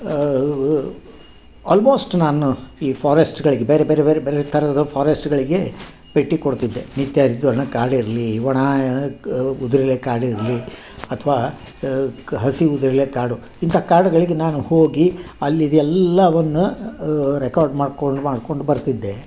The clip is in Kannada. ಆಲ್ಮೋಸ್ಟ್ ನಾನು ಈ ಫಾರೆಸ್ಟ್ಗಳಿಗೆ ಬೇರೆ ಬೇರೆ ಬೇರೆ ಬೇರೆ ಥರದ ಫಾರೆಸ್ಟ್ಗಳಿಗೆ ಭೇಟಿ ಕೊಡ್ತಿದ್ದೆ ನಿತ್ಯಹರಿದ್ವರ್ಣ ಕಾಡಿರ್ಲಿ ಒಣ ಕ ಉದುರೆಲೆ ಕಾಡಿರಲಿ ಅಥವಾ ಕ ಹಸಿ ಉದುರೆಲೆ ಕಾಡು ಇಂಥ ಕಾಡುಗಳಿಗೆ ನಾನು ಹೋಗಿ ಅಲ್ಲಿದೆಲ್ಲವನ್ನೂ ರೆಕಾರ್ಡ್ ಮಾಡ್ಕೊಂಡು ಮಾಡ್ಕೊಂಡು ಬರ್ತಿದ್ದೆ